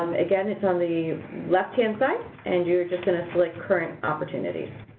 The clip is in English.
again it's on the left-hand side and you are just going to select current opportunities.